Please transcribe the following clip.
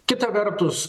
kita vertus